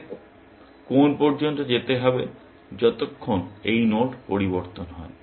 এটাতে কোন পর্যন্ত যেতে হবে যতক্ষণ এই নোড পরিবর্তন হয়